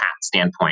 standpoint